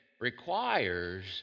requires